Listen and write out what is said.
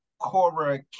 Cora